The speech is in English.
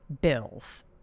bills